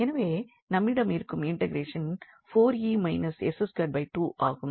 எனவே நம்மிடம் இருக்கும் இன்டெக்ரேஷன் 4𝑒 − 𝑠22 ஆகும்